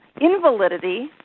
invalidity